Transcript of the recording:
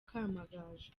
kamagaju